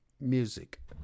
music